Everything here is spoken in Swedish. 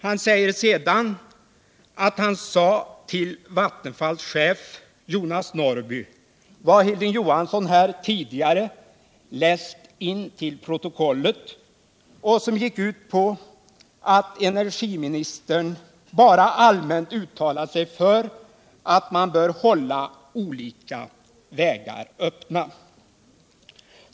Han uppgav sedan att han hade sagt till Vattenfalls chef Jonas Norrby det som Hilding Johansson tidigare har läst in till protokollet och som gick ut på att energiministern bara allmänt hade uttalat sig för att man bör hålla olika vägar öppna.